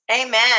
Amen